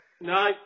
No